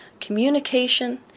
Communication